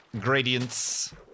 gradients